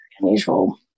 unusual